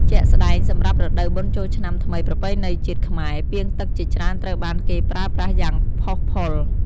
ជាក់ស្ដែង សម្រាប់រដូវបុណ្យចូលឆ្នាំថ្មីប្រពៃណីជាតិខ្មែរ ពាងទឹកជាច្រើនត្រូវបានគេប្រើប្រាស់យ៉ាងផុសផុល។